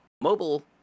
mobile